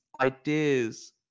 ideas